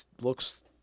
looks